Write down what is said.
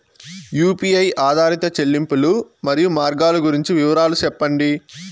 UPI ఆధారిత చెల్లింపులు, మరియు మార్గాలు గురించి వివరాలు సెప్పండి?